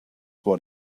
what